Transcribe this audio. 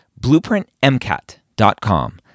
BlueprintMCAT.com